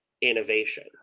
Innovation